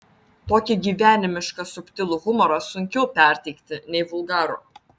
tokį gyvenimišką subtilų humorą sunkiau perteikti nei vulgarų